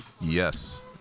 yes